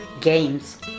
games